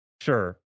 sure